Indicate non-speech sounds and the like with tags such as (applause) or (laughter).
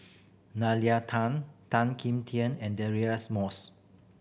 (unintelligible) Tan Tan Kim Tian and (unintelligible) Moss